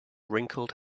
wrinkled